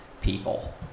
people